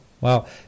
Wow